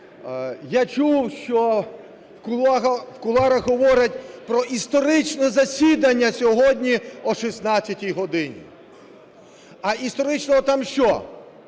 Я чув, що в кулуарах говорять про історичне засідання сьогодні о 16-й годині. А історичного там що